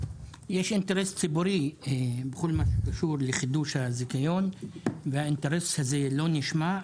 יש אינטרס ציבורי בכל הקשור לחידוש הזיכיון והאינטרס הזה לא נשמע,